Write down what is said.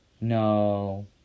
No